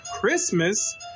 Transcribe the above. Christmas